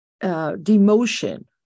demotion